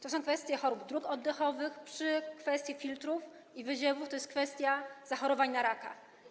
To są kwestie chorób dróg oddechowych, przy kwestii filtrów i wyziewów, to jest kwestia zachorowań na raka.